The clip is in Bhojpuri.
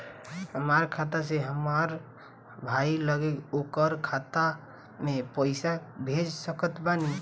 हमार खाता से हमार भाई लगे ओकर खाता मे पईसा कईसे भेज सकत बानी?